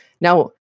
Now